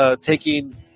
taking